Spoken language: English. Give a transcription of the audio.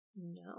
No